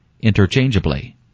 interchangeably